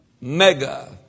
mega